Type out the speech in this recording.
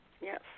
Yes